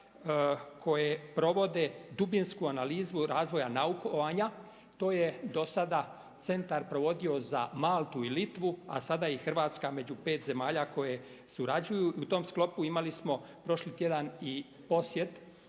koje provode dubinsku analizu razvoja naukovanja. To je dosada centar provodio za Maltu i Litvu, a sada je i Hrvatska među 5 zemalja, koje su surađuju i u tom sklopu imali smo prošli tjedan i posjet